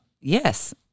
Yes